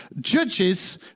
judges